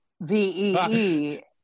VEE